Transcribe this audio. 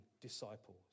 disciples